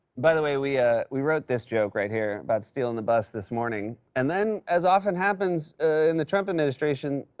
by the way, we we wrote this joke right here, about stealing the bust this morning, and then as often happens in the trump administration,